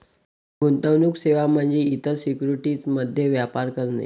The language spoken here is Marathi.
गुंतवणूक सेवा म्हणजे इतर सिक्युरिटीज मध्ये व्यापार करणे